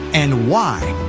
and why.